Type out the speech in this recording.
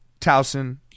Towson